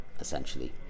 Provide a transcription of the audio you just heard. essentially